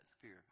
fear